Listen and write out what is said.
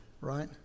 right